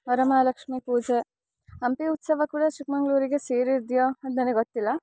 ವರಮಹಾಲಕ್ಷ್ಮಿ ಪೂಜೆ ಹಂಪಿ ಉತ್ಸವ ಕೂಡ ಚಿಕ್ಕಮಂಗ್ಳೂರಿಗೆ ಸೇರಿದೆಯಾ ಅದು ನನಗೆ ಗೊತ್ತಿಲ್ಲ